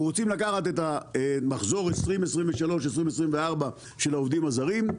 אנחנו רוצים לקחת את מחזור 2023 ואת מחזור 2024 של העובדים הזרים,